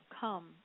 come